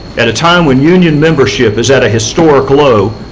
at a time when union membership is at a historic low,